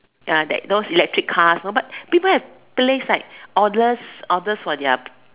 uh that those electric cars know but people have placed like orders orders for their